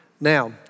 now